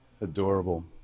adorable